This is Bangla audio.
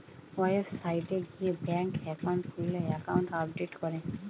ওয়েবসাইট গিয়ে ব্যাঙ্ক একাউন্ট খুললে একাউন্ট আপডেট করে